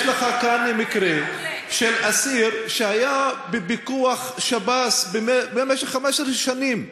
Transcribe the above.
יש לך כאן מקרה של אסיר שהיה בפיקוח שב"ס במשך 15 שנים,